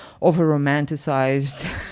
over-romanticized